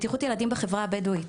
בטיחות ילדים בחברה הבדואית,